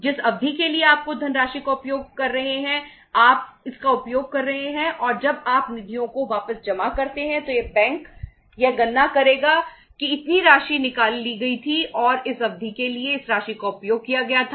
जिस अवधि के लिए आप धनराशि का उपयोग कर रहे हैं आप इसका उपयोग कर रहे हैं और जब आप निधियों को वापस जमा करते हैं तो बैंक यह गणना करेगा कि इतनी राशि निकाल ली गई थी और इस अवधि के लिए इस राशि का उपयोग किया गया था